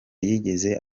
yigeze